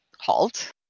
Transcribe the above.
halt